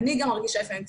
אני גם מרגישה לפעמים,